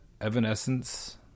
Evanescence